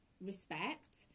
respect